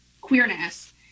queerness